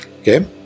Okay